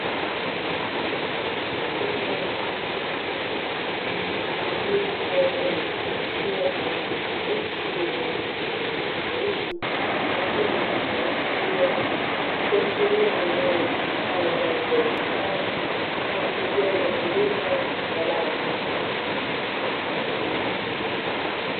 Eneo la ndani lenye mkusanyiko wa vifungashio aina ya maboksi yenye rangi tofautitofauti yakiwa na vifungashio ikiashiria ni eneo litumikalo kwa ajili ya uhifadhi wa pembejea za kilimo na dawa za mifugo.